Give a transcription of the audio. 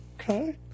okay